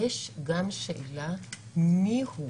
יש גם שאלה מיהו